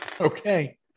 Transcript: Okay